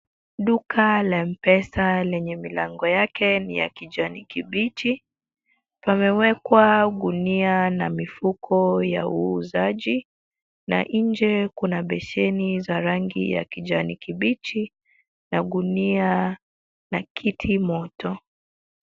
Duka la mpesa lenye milango yake ni ya kijani kibichi, pamewekwa gunia na mifuko ya uuzaji na nje kuna besheni za rangi ya kijani kibichi na gunia, na kiti moto.